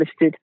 listed